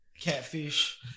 Catfish